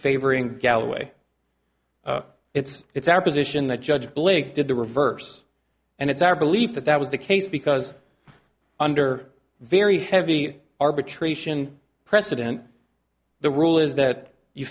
favoring galloway it's it's our position that judge blake did the reverse and it's our belief that that was the case because under very heavy arbitration precedent the rule is that you